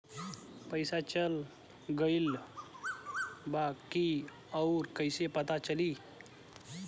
पइसा चल गेलऽ बा कि न और कइसे पता चलि?